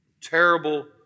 terrible